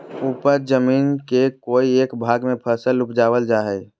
उपज जमीन के कोय एक भाग में फसल उपजाबल जा हइ